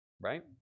right